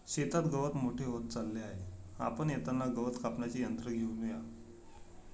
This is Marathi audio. शेतात गवत मोठे होत चालले आहे, आपण येताना गवत कापण्याचे यंत्र घेऊन या